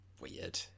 Weird